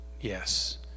Yes